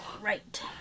Right